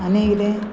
आनी कितें